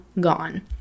gone